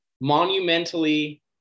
monumentally